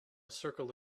circle